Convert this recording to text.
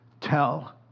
tell